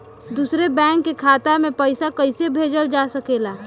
दूसरे बैंक के खाता में पइसा कइसे भेजल जा सके ला?